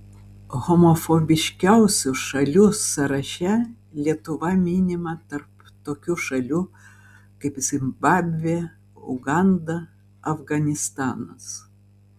homofobiškiausių šalių sąraše lietuva minima tarp tokių šalių kaip zimbabvė uganda afganistanas